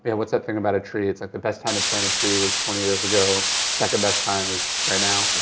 and what's that thing about a tree, it's like the best time to plant a tree was twenty years ago, second best time is right now. yeah